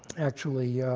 actually,